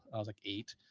i was like, eight.